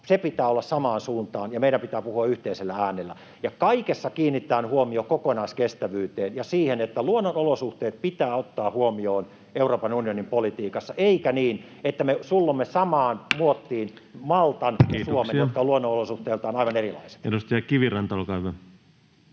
sen pitää olla samaan suuntaan ja meidän pitää puhua yhteisellä äänellä. Ja kaikessa kiinnitetään huomio kokonaiskestävyyteen ja siihen, että luonnonolosuhteet pitää ottaa huomioon Euroopan unionin politiikassa eikä niin, että me sullomme samaan muottiin Maltan [Puhemies: Kiitoksia!] ja Suomen, jotka ovat